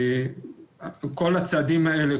כל הצעדים האלה,